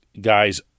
guys